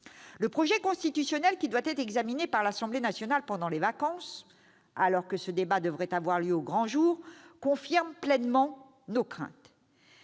Le projet constitutionnel qui doit être examiné par l'Assemblée nationale pendant les vacances, alors que ce débat devrait avoir lieu au grand jour, confirme pleinement nos craintes.